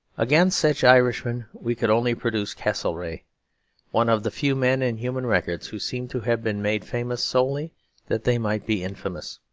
against such irishmen we could only produce castlereagh one of the few men in human records who seem to have been made famous solely that they might be infamous.